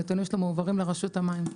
הנתונים שלו מועברים לרשות המים,